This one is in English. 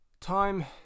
time